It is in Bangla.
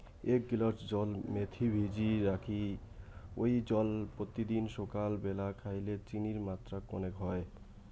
এ্যাক গিলাস জল মেথি ভিজি রাখি ওই জল পত্যিদিন সাকাল ব্যালা খাইলে চিনির মাত্রা কণেক হই